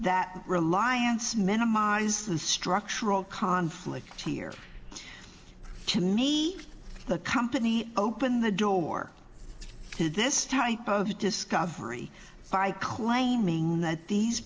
that reliance minimize the structural conflict here to meet the company opened the door to this type of discovery by claiming that these